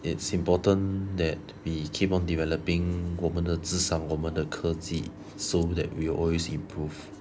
it's important that we keep on developing 我们的智商我们的科技 so that we will always improve